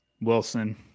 Wilson